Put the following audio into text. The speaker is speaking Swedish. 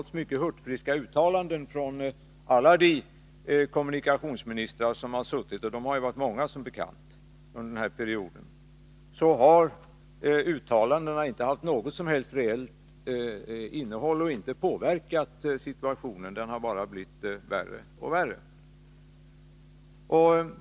De mycket hurtfriska uttalandena från alla de kommunikationsministrar som har suttit, och de har som bekant varit många under den här perioden, har inte haft något som helst reellt innehåll och inte påverkat situationen — den har bara blivit allt värre.